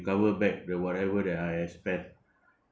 back the whatever that I have spent